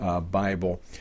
bible